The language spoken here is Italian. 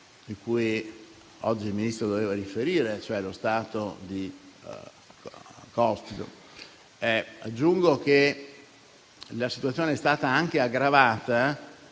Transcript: su cui oggi il sottoscritto doveva riferire, cioè lo stato di Cospito, aggiungo che la situazione è stata anche aggravata,